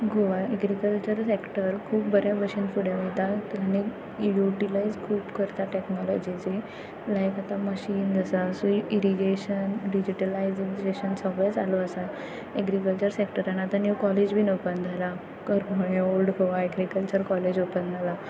Goa agriculture sector खूब बऱ्या भशेन फुडें वयता आनी युटिलायज खूब करता टॅक्नोलॉजिची लायक आतां मशिन्ज आसा सो इरिगेशन डिजिटिलायजेशन सगळें चालू आसा एग्रीकल्चर सॅक्टरान आतां न्यू कॉलेज बीन ओपन जाला कर old Goa agriculture college open जाला